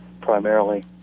primarily